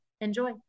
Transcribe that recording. enjoy